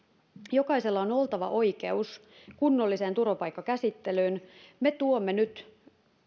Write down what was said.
jokaisella on oltava oikeus kunnolliseen turvapaikkakäsittelyyn me tuomme nyt